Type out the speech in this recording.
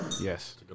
Yes